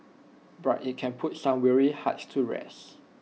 but IT can put some weary hearts to rest